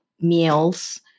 meals